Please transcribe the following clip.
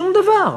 שום דבר.